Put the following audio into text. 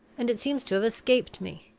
and it seems to have escaped me.